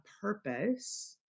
purpose